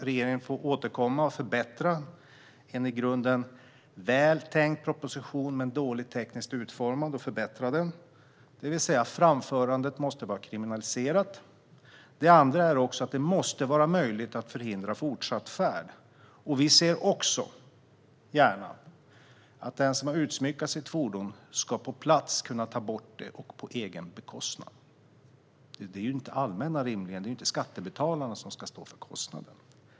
Regeringen får återkomma och förbättra en i grunden väl tänkt proposition som är dåligt tekniskt utformad. Framförandet måste vara kriminaliserat. Det andra är att det måste vara möjligt att förhindra fortsatt färd. Vi ser också gärna att den som har utsmyckat sitt fordon ska på plats kunna ta bort det på egen bekostnad. Det är inte rimligen det allmänna och skattebetalarna som ska stå för kostnaden.